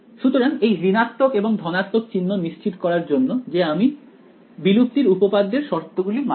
সুতরাং এই ঋণাত্মক এবং ধনাত্মক চিহ্ন নিশ্চিত করার জন্য যে আমি বিলুপ্তির উপপাদ্যের শর্তগুলি মানছি